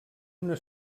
una